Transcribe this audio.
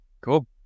Cool